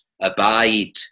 abide